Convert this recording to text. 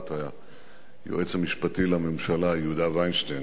היועץ המשפטי לממשלה יהודה וינשטיין,